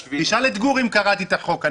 תשאל את גור אם קראתי את החוק.